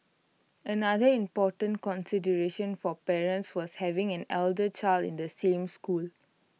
another important consideration for parents was having an elder child in the same school